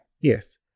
Yes